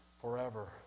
forever